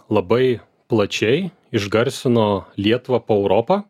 labai plačiai išgarsino lietuvą po europą